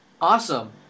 Awesome